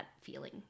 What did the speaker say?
feeling